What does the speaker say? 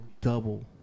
Double